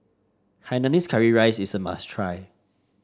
Hainanese Curry Rice is a must try